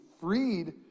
freed